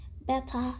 better